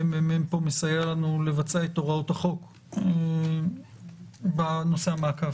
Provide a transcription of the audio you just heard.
הממ"מ פה מסייע לנו לבצע את הוראות החוק בנושא המעקב.